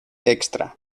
extra